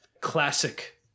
classic